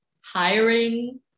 hiring